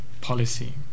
policy